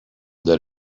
that